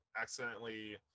accidentally